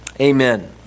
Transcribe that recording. Amen